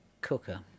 cooker